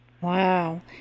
Wow